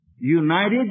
United